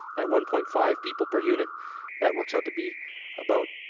at one point five people per unit that works out to be about